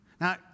Now